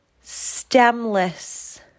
stemless